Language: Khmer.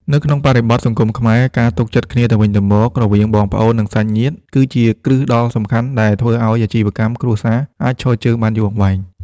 នៅក្នុងបរិបទសង្គមខ្មែរ ការទុកចិត្តគ្នាទៅវិញទៅមករវាងបងប្អូន និងសាច់ញាតិ គឺជាគ្រឹះដ៏សំខាន់ដែលធ្វើឱ្យអាជីវកម្មគ្រួសារអាចឈរជើងបានយូរអង្វែង។